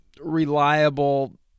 reliable